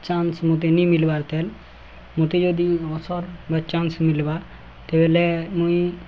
chance ମୋତେ ନାଇଁ ମିଲ୍ବାର୍ କେ ମୋତେ ଯଦି ଅବସର ବା ଚାନ୍ସ ମିଲ୍ବା ସେତେବେଳେ ମୁଇଁ